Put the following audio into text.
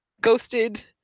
Ghosted